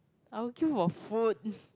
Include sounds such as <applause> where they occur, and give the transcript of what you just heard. I'll queue for food <laughs>